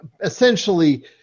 essentially